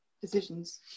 decisions